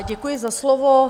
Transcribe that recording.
Děkuji za slovo.